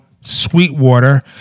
Sweetwater